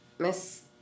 Miss